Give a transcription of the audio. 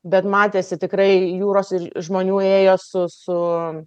bet matėsi tikrai jūros žmonių ėjo su su